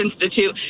institute